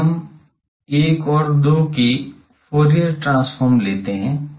अब हम 1 और 2 के फूरियर ट्रांसफॉर्म लेते हैं